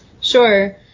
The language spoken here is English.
Sure